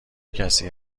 کسی